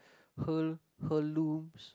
heir~ heirlooms